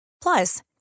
Plus